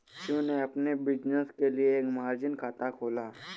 शिव ने अपने बिज़नेस के लिए एक मार्जिन खाता खोला